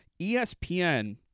ESPN